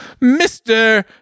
Mr